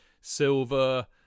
Silver